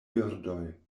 birdoj